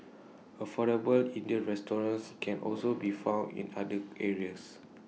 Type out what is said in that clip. affordable Indian restaurants can also be found in other areas